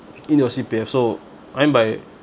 in your C_P_F so I mean by